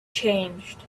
changed